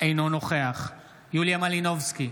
אינו נוכח יוליה מלינובסקי,